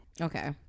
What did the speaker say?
Okay